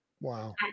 Wow